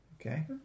okay